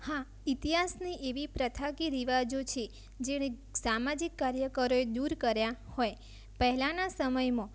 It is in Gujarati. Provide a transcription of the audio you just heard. હા ઇતિહાસની એવી પ્રથા કે રિવાજો છે જેને સામાજિક કાર્યકરોએ દૂર કર્યા હોય પહેલાંના સમયમાં